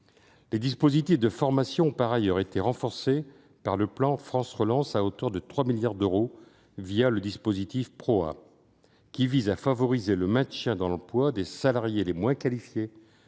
les dispositifs de formation ont été renforcés par le plan France Relance, à autour de 3 milliards d'euros, le dispositif Pro-A, qui vise à favoriser le maintien dans l'emploi des salariés les moins qualifiés